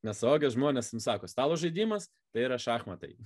nes suaugę žmonės sako stalo žaidimas tai yra šachmatai